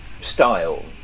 style